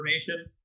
information